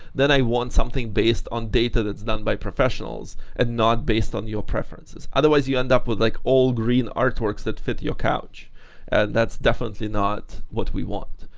then i want something based on data that done by professionals and not based on your preferences. otherwise you end up with like all green artworks that fit your couch and that's definitely not what we want.